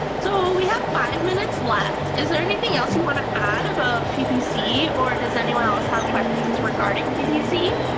so, we have five minutes left, is there anything else you'd like to add about ppc or does anyone else have questions regarding ppc?